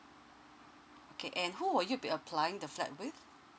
okay and who would you be applying the flat with